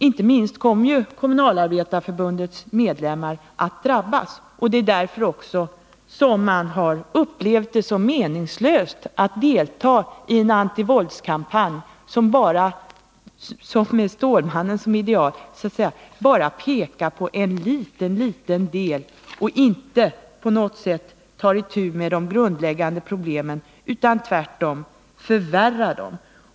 Inte minst kommer ju Kommunalarbetareförbundets medlemmar att drabbas, och det är också därför som man har upplevt det som meningslöst att delta i en antivåldskampanj som bara med Stålmannen som ideal berör en liten, liten del och inte på något sätt tar itu med de grundläggande problemen utan tvärtom förvärrar dem.